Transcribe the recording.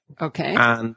Okay